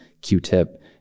Q-Tip